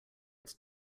its